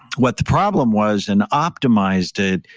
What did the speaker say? what the problem was and optimize it,